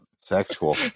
sexual